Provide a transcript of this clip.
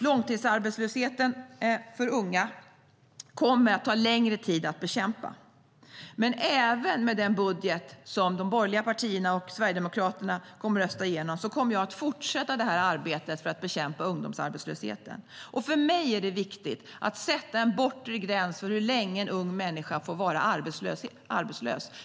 Långtidsarbetslösheten för unga kommer att ta längre tid att bekämpa. Men även med den budget som de borgerliga partierna och Sverigedemokraterna kommer att rösta igenom kommer jag att fortsätta arbetet för att bekämpa ungdomsarbetslösheten. För mig är det viktigt att sätta en bortre gräns för hur länge en ung människa får vara arbetslös.